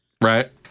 Right